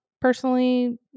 personally